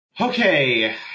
Okay